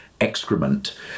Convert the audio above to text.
excrement